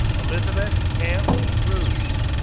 elizabeth camp roos,